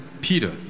Peter